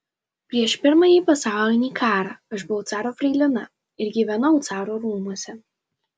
prieš pirmąjį pasaulinį karą aš buvau caro freilina ir gyvenau caro rūmuose